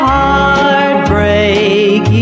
Heartbreak